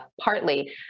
partly